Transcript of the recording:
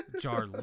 jar